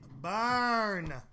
burn